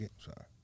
sorry